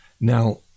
Now